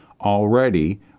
already